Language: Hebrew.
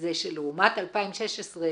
זה שלעומת 2016,